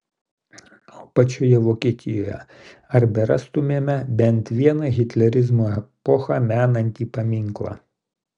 o pačioje vokietijoje ar berastumėme bent vieną hitlerizmo epochą menantį paminklą